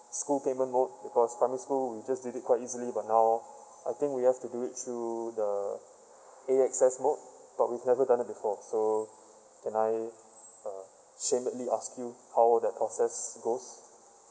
school payment mode because primary school we just did it quite easily but now I think we have to do it through the A_X_S mode but we have never done it before so can I uh shamelessly ask you how will the process goes